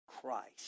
Christ